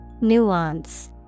Nuance